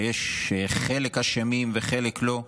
שיש חלק שהם אשמים ושיש חלק שלא,